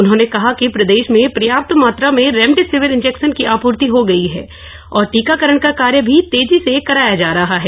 उन्होंने कहा कि प्रदेश में पर्याप्त मात्रा में रेमडेसीविर इंजेक्शन की आपूर्ति हो गई है और टीकाकरण का कार्य भी तेजी से कराया जा रहा है